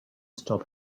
stop